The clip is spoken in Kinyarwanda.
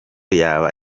yaba